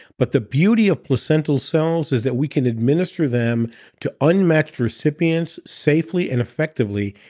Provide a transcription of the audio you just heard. but the beauty of placental cells is that we can administer them to unmatched recipients safely and effectively.